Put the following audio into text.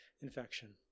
infection